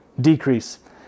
Decrease